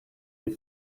des